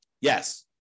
Yes